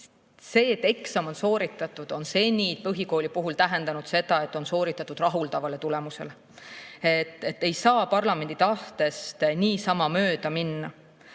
See, et eksam on sooritatud, on seni põhikooli puhul tähendanud seda, et see on sooritatud rahuldava tulemusega. Parlamendi tahtest ei saa niisama mööda minna.